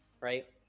right